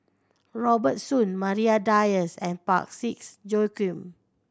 Robert Soon Maria Dyer and Parsick Joaquim